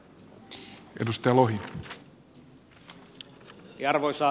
arvoisa puhemies